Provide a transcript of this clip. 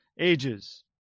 Ages